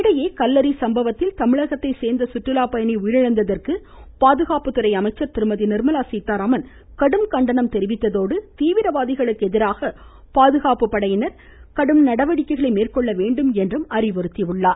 இதனிடையே கல்லெறி சம்பவத்தில் தமிழகத்தை சேர்ந்த சுற்றுலா பயணி உயிரிழந்ததற்கு பாதுகாப்புத்துறை அமைச்சர் திருமதி நிர்மலா சீதாராமன் கடும் கண்டனம் தெரிவித்ததோடு தீவிரவாதிகளுக்கு எதிராக பாதுகாப்பு படையினர் கடும் நடவடிக்கைகளை மேற்கொள்ளவேண்டும் என்று அறிவுறுத்தினார்